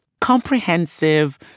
comprehensive